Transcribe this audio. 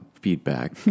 feedback